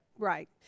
Right